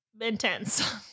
intense